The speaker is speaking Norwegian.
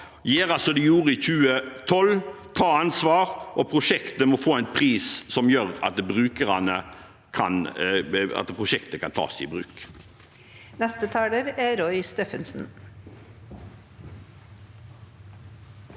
gjøre som de gjorde i 2012 – ta ansvar, og prosjektet må få en pris som gjør at det kan tas i bruk.